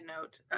note